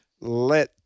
let